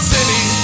City